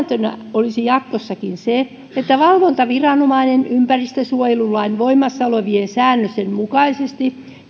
olisi jatkossakin se että valvontaviranomainen ympäristönsuojelulain voimassa olevien säännösten mukaisesti